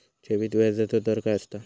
ठेवीत व्याजचो दर काय असता?